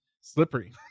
slippery